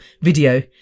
video